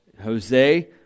Jose